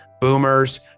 Boomers